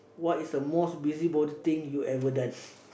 what is the most busybody thing you ever done